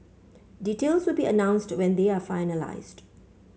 details will be announced when they are finalised